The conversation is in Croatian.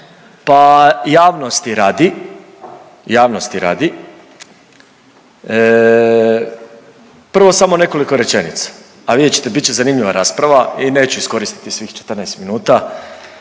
pa javnosti radi, javnosti radi prvo samo nekoliko rečenica, a vidjet ćete bit će zanimljiva rasprava i neću iskoristiti svih 14 minuta.